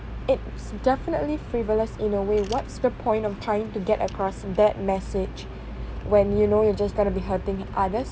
it's definitely frivolous in a way what's the point of trying to get across that message when you know you're just going to be hurting others